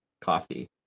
coffee